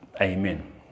Amen